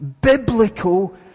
biblical